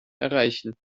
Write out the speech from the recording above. erreichen